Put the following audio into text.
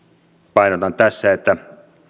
painotan tässä että